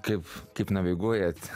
kaip kaip naviguojat